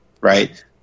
right